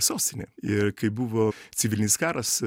sostinė ir kai buvo civilinis karas